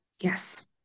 Yes